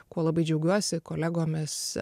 kuo labai džiaugiuosi kolegomis